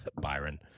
Byron